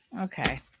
okay